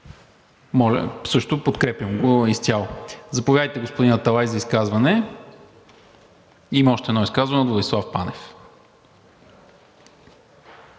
го подкрепям изцяло. Заповядайте, господин Аталай, за изказване. Има още едно изказване от Владислав Панев.